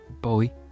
boy